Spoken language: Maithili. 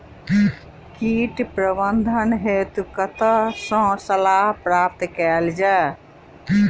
कीट प्रबंधन हेतु कतह सऽ सलाह प्राप्त कैल जाय?